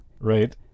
Right